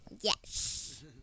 Yes